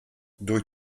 durch